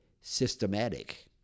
systematic